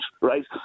right